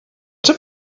czy